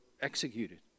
executed